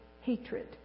hatred